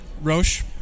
Roche